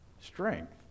strength